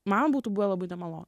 man būtų buvę labai nemalonu